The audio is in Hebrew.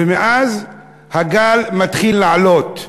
ומאז הגל מתחיל לעלות,